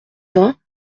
vingts